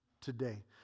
today